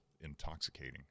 intoxicating